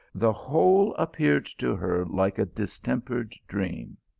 the whole appeared to her like a distem pered dream.